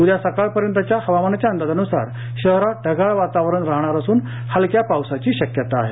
उद्या सकाळपर्यंतच्या हवामानाच्या अंदाजानुसार शहरात ढगाळ हवामान राहणार असून हलक्या पावसाचीशक्यता आहे